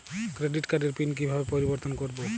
Credit কার্ডের PIN কিভাবে পরিবর্তন করবো?